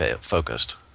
focused